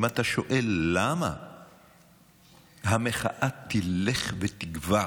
אם אתה שואל למה המחאה תלך ותגווע,